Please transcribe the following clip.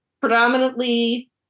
predominantly